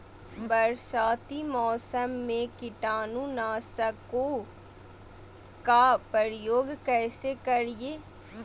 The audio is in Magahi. बरसाती मौसम में कीटाणु नाशक ओं का प्रयोग कैसे करिये?